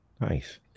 Nice